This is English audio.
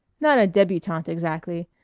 not a debutante exactly.